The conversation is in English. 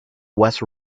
west